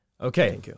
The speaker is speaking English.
Okay